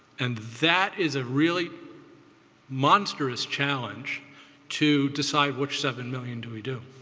and that is a really monstrous challenge to decide which seven million do we do.